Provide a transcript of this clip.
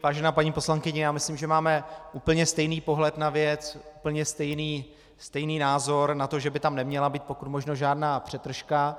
Vážená paní poslankyně, myslím, že máme úplně stejný pohled na věc, úplně stejný názor, že by tam neměla být pokud možno žádná přetržka.